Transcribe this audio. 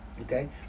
Okay